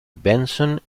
benson